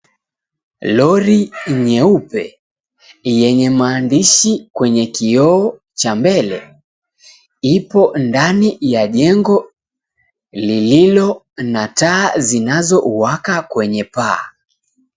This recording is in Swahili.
Lori nyeupe yenye maandishi kwenye kioo cha mbele ipo ndani ya jengo lililo na taa zilizowaka kwenye paa.